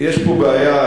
יש פה בעיה,